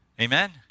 Amen